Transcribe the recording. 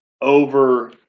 over